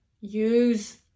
use